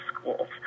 schools